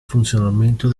funzionamento